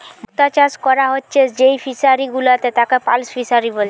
মুক্ত চাষ কোরা হচ্ছে যেই ফিশারি গুলাতে তাকে পার্ল ফিসারী বলছে